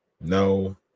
no